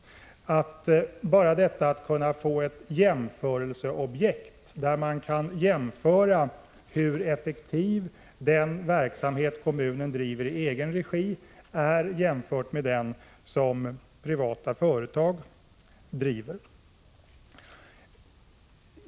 Bara detta att få ett jämförelseobjekt, så att man kan mäta hur effektiv den verksamhet kommunen driver i egen regi är jämfört med den verksamhet som privata företag driver, är av värde.